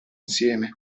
insieme